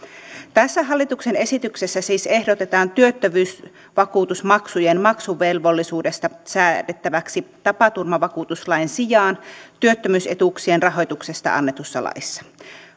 tässä hallituksen esityksessä siis ehdotetaan työttömyysvakuutusmaksujen maksuvelvollisuudesta säädettäväksi tapaturmavakuutuslain sijaan työttömyysetuuksien rahoituksesta annetussa laissa